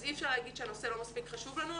אז אי אפשר להגיד שהנושא לא מספיק חשוב לנו,